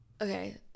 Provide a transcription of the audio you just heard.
okay